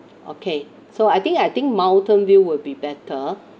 okay so I think I think mountain view will be better